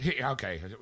okay